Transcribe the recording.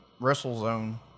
WrestleZone